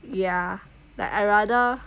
ya like I rather